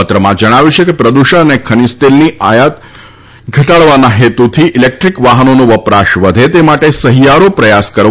પત્રમાં જણાવ્યું છે કે પ્રદૃષણ અને ખનીજ તેલની આયાત ઘટાડવાના હેતુથી ઇલેક્ટ્રીક વાહનોનો વપરાશ વધે તે માટે સહિયારો પ્રયાસ કરવાની જરૂર છે